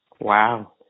Wow